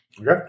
Okay